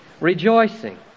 rejoicing